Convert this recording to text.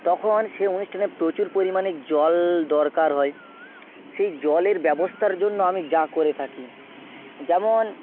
তখন সে অনুষ্ঠানে প্রচুর পরিমাণে জল দরকার হয় সেই জলের ব্যবস্থার জন্য আমি যা করে থাকি যেমন